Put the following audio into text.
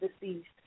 deceased